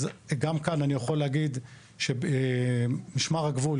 גם כאן אני יכול להגיד שמשמר הגבול,